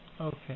Okay